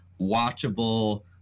watchable